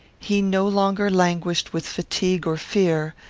he no longer languished with fatigue or fear,